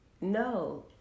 No